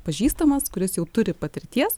pažįstamas kuris jau turi patirties